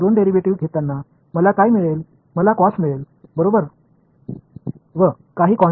நான் cos திரும்பப் பெறுவேன் சில மாறிலிகள் வரும் அதனால் நான் இடது புறத்தில் பெறுவேன்